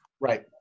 Right